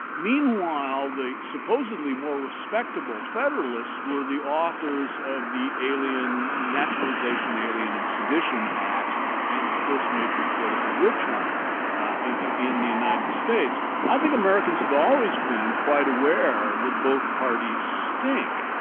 meanwhile, the supposedly more respectable federalists were the authors of the alien naturalization alien and sedition acts and the first major political witch hunt in the united states. i think americans have always been quite aware that both parties stink.